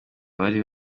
abari